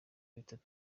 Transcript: bitanu